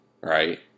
right